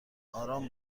آرام